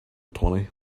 twenty